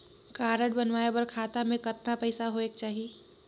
Card बनवाय बर खाता मे कतना पईसा होएक चाही?